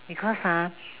because ah